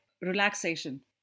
Relaxation